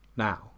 now